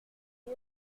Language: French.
ses